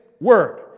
word